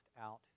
out